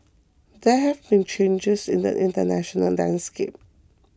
there have been changes in the international landscape